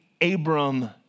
Abram